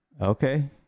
Okay